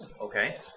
Okay